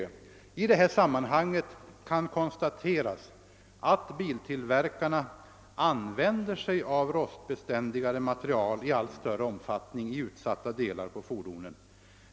I detta sammanhang kan konstateras att biltillverkarna använder rostbeständigare material i allt större omfattning i utsatta delar på fordonen.